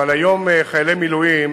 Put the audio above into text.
אבל היום חיילי מילואים,